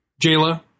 Jayla